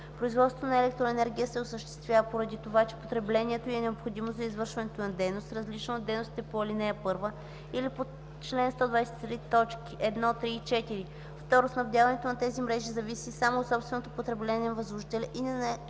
производството нa електроенергия се осъществявa поради товa, че потреблението й е необходимо зa извършването нa дейност, различнa от дейностите по ал. 1 или по чл. 123, т. 1, 3 и 4; 2. снабдяването на тези мрежи зависи само от собственото потребление на възложителя и не е надвишило